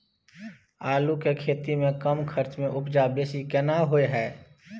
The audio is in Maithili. आलू के खेती में कम खर्च में उपजा बेसी केना होय है?